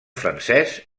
francès